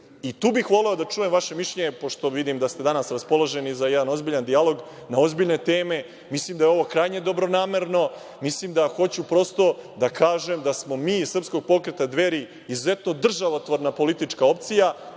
i tu bih voleo da čujem vaše mišljenje, pošto vidim da ste danas raspoloženi za jedan ozbiljan dijalog oko ozbiljne teme. Mislim da je ovo krajnje dobronamerno. Mislim da hoću prosto da kažem da smo mi iz Srpskog pokreta Dveri izuzetno državotvorna politička opcija